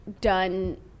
done